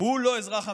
הוא לא אזרח המדינה.